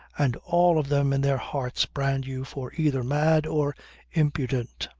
and all of them in their hearts brand you for either mad or impudent.